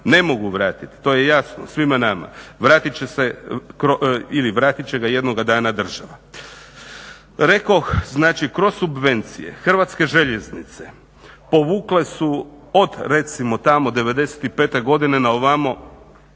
ne mogu same vratiti, to je jasno svima nama, vratit će ga jednoga dana država. Rekoh kroz subvencije HŽ povukle su od recimo tamo '95.godine na ovamo